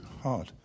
hard